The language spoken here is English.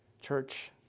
church